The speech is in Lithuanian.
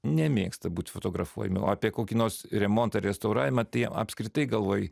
nemėgsta būti fotografuojami o apie kokį nors remontą restauravimą tai apskritai galvoj